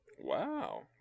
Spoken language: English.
Wow